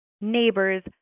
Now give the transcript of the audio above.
neighbors